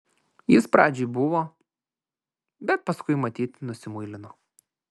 jis pradžioj buvo bet paskui matyt nusimuilino